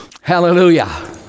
Hallelujah